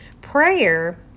prayer